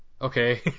okay